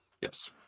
yes